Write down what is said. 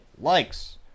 likes